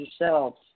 yourselves